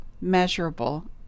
Measurable